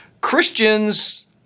Christians